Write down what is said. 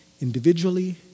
individually